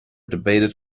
debated